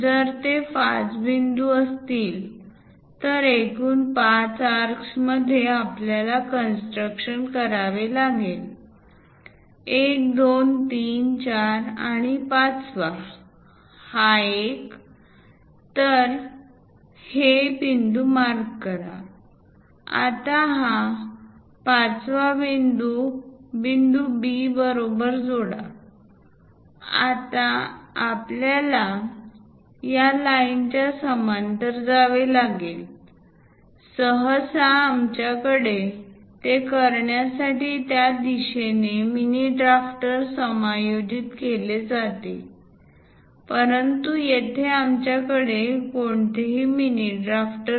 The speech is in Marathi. जर ते 5 बिंदू असतील तर एकूण 5 आर्क्समध्ये आपल्याला कन्स्ट्रक्शन करावे लागेल 1 2 3 4 आणि 5 वा हा एक तर हे बिंदू मार्क करा आता हा 5thबिंदू बिंदू B बरोबर जोडा आता आपल्याला या लाईनच्या समांतर जावे लागेल सहसा आमच्याकडे ते करण्यासाठी त्या दिशेने मिनी ड्राफ्टर समायोजित केले जाते परंतु येथे आमच्याकडे कोणतेही मिनी ड्राफ्ट नाही